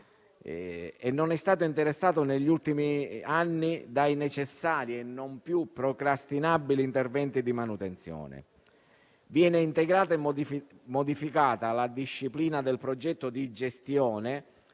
che non è stato interessato negli ultimi anni dai necessari e non più procrastinabili interventi di manutenzione. Viene integrata e modificata la disciplina del progetto di gestione